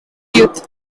youth